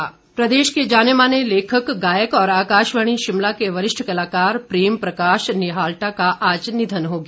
निघन प्रदेश के जाने माने लेखक गायक और आकाशवाणी शिमला के वरिष्ठ कलाकार प्रेम प्रकाश निहाल्टा का आज निधन हो गया